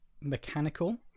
mechanical